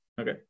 Okay